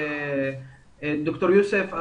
ד"ר יוסף,